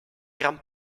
gran